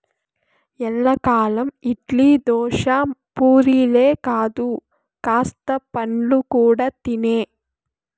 ఎల్లకాలం ఇడ్లీ, దోశ, పూరీలే కాదు కాస్త పండ్లు కూడా తినే